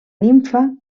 nimfa